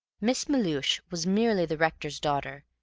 miss melhuish was merely the rector's daughter,